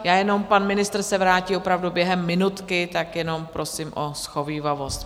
Já jenom pan ministr se vrátí opravdu během minutky, tak jenom prosím o shovívavost.